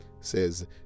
says